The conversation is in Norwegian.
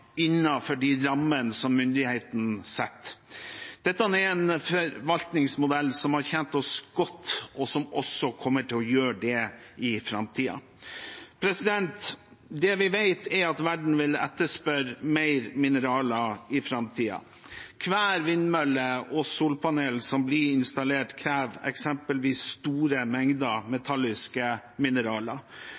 innenfor de rammene som myndighetene setter. Dette er en forvaltningsmodell som har tjent oss godt, og som også kommer til å gjøre det i framtiden. Det vi vet, er at verden vil etterspørre mer mineraler i framtiden. Hver vindmølle og hvert solpanel som blir installert, krever eksempelvis store mengder metalliske mineraler.